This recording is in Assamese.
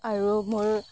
আৰু মোৰ